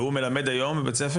והוא מלמד היום בבית הספר?